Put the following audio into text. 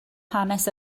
hanes